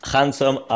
Handsome